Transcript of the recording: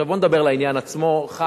עכשיו, בוא נדבר לעניין עצמו בבקשה.